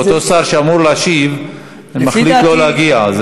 ואותו שר שאמור להשיב מחליט שלא להגיע.